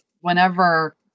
whenever